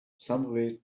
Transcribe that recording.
somebody